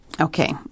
Okay